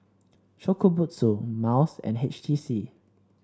Shokubutsu Miles and H T C